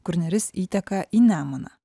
kur neris įteka į nemuną